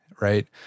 Right